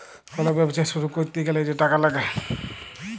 call ব্যবছা শুরু ক্যইরতে গ্যালে যে টাকা ল্যাগে